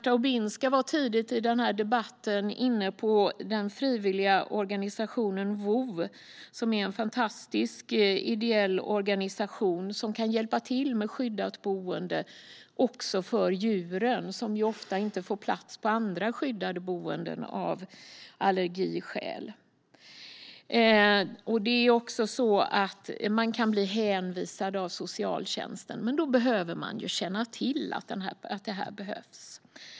Tidigare i debatten var Marta Obminska inne på den frivilliga och fantastiska ideella organisationen Vov som kan hjälpa till med skyddat boende också för djur som ofta inte får vistas på andra skyddade boenden av allergiskäl. Man kan bli hänvisad av socialtjänsten, men då behöver de ju känna till att det finns ett sådant behov.